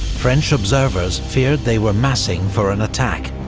french observers feared they were massing for an attack.